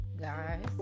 Guys